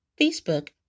Facebook